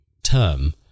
term